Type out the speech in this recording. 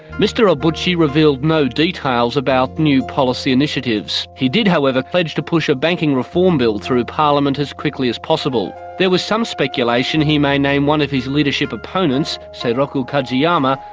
mr obuchi revealed no details about new policy initiatives. he did, however, pledge to push a banking reform bill through parliament as quickly as possible. there was some speculation he may name one of his leadership opponents, seiroku kajiyama,